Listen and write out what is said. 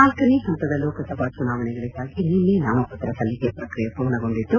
ನಾಲ್ಕನೇ ಹಂತದ ಲೋಕಸಭಾ ಚುನಾವಣೆಗಳಿಗಾಗಿ ನಿನ್ನೆ ನಾಮಪತ್ರ ಸಲ್ಲಿಕೆ ಪ್ರಕ್ರಿಯೆ ಪೂರ್ಣಗೊಂಡಿದ್ದು